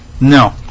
No